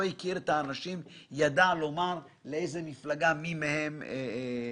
הכיר את האנשים - היה יודע לומר לאיזו מפלגה מי מהם משתייך.